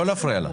לא להפריע לה.